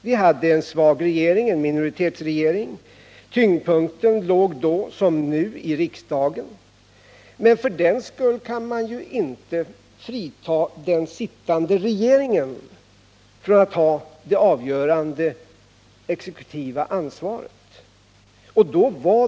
Vi hade en svag regering — en minoritetsregering. Tyngdpunkten låg då som nu i riksdagen. Men för den skull kan man ju inte frita den då sittande regeringen från det avgörande exekutiva ansvaret.